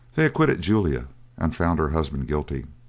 they acquitted julia and found her husband guilty.